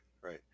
right